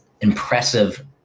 impressive